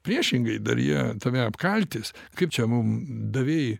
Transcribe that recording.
priešingai dar jie tave apkaltis kaip čia mum davei